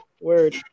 word